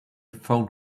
phone